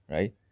Right